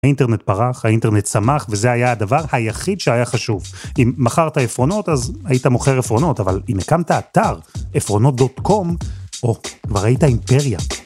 האינטרנט פרח, האינטרנט שמח, וזה היה הדבר היחיד שהיה חשוב. אם מכרת עפרונות, אז היית מוכר עפרונות, אבל אם הקמת אתר, עפרונות.קום, כבר היית אימפריה.